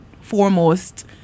foremost